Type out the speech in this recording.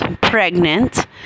pregnant